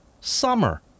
summer